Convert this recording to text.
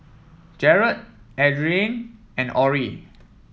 Jered Adriene and Orrie